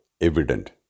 evident